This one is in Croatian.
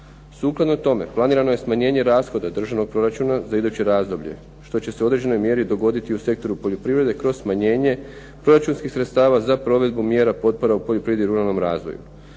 Sukladno tome planirano je smanjenje rashoda državnog proračuna za iduće razdoblje što će se u određenoj mjeri dogoditi u sektoru poljoprivrede kroz smanjenje proračunskih sredstava za provedbu mjera potpora u poljoprivredi i ruralnom razvoju.